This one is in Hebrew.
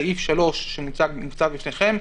סעיף 3 שמוצג בפניכם,